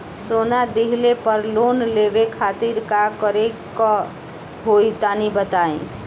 सोना दिहले पर लोन लेवे खातिर का करे क होई तनि बताई?